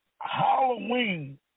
Halloween